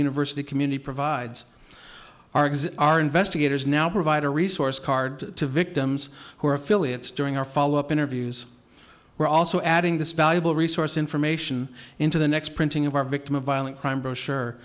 university community provides our investigators now provide a resource card to victims who are affiliates during our follow up interviews we're also adding this valuable resource information into the next printing of our victim of violent crime brochure